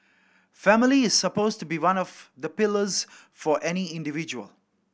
family is supposed to be one of the pillars for any individual